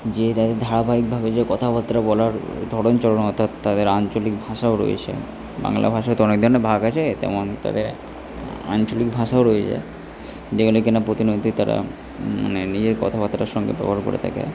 যে ধারাবাহিকভাবে যে কথাবার্তা বলার ধরণ চরন অর্থাৎ তাদের আঞ্চলিক ভাষাও রয়েছে বাংলা ভাষায় তো অনেক ধরনের ভাগ আছে তেমন তাদের আঞ্চলিক ভাষাও রয়ে যায় যেগুলি কি না প্রতিনিয়তই তারা নিজের কথাবার্তার সঙ্গে ব্যবহার করে থাকে